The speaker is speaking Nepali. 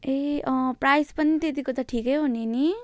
ए अँ प्राइस पनि त्यतिको त ठिकै हो नि नि